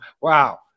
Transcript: wow